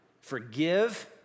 Forgive